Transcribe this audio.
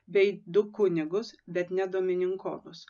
bei du kunigus bet ne dominikonus